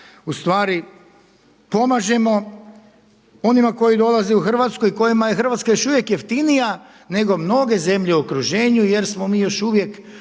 ustvari pomažemo onima koji dolaze u Hrvatsku i kojima je Hrvatska još uvijek jeftinija nego mnoge zemlje u okruženju jer smo mi još uvijek